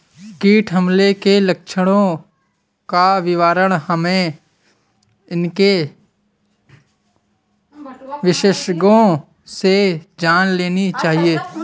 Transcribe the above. कीट हमले के लक्षणों का विवरण हमें इसके विशेषज्ञों से जान लेनी चाहिए